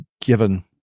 given